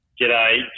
G'day